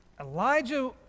Elijah